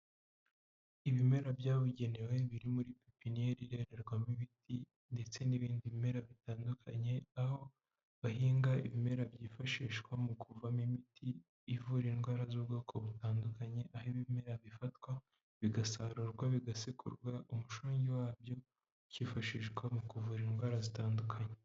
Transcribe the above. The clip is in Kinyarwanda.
ibimera byabugenewe biri muri pipiniyeri irererwamo ibiti, ndetse n'ibindi bimera bitandukanye, aho bahinga ibimera byifashishwa mu kuvamo imiti ivura indwara z'ubwoko butandukanye, aho ibimera bifatwa bigasarurwa bigasekurwa, umushongi wabyo ukifashishwa mu kuvura indwara zitandukanye.